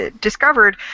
discovered